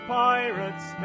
pirates